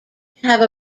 have